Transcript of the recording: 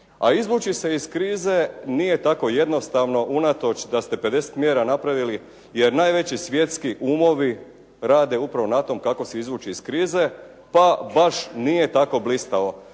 A izvući se iz krize nije tako jednostavno unatoč da ste 50 mjera napravili. Jer najveći svjetski umovi rade upravo na tom kako se izvući iz krize, pa baš nije tako blistavo.